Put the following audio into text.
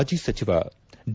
ಮಾಜಿ ಸಚಿವ ಡಿ